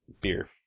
beer